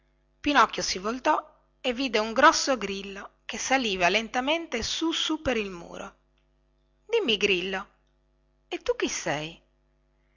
pinocchio si voltò e vide un grosso grillo che saliva lentamente su su per il muro dimmi grillo e tu chi sei